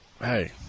hey